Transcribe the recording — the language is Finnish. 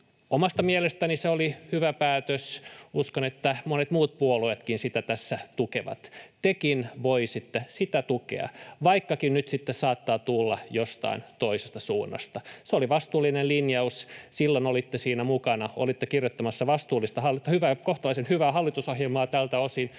Omasta mielestäni se oli hyvä päätös. Uskon, että monet muut puolueetkin sitä tässä tukevat. Tekin voisitte sitä tukea, vaikkakin nyt sitten saattaa tuulla jostain toisesta suunnasta. Se oli vastuullinen linjaus. Silloin olitte siinä mukana. Olitte kirjoittamassa kohtalaisen hyvää hallitusohjelmaa tältä osin,